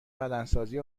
بدنسازی